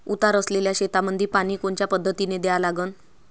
उतार असलेल्या शेतामंदी पानी कोनच्या पद्धतीने द्या लागन?